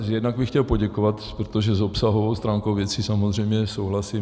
Jednak bych chtěl poděkovat, protože s obsahovou stránkou věci samozřejmě souhlasím.